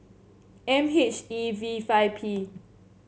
M H E V five P